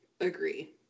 agree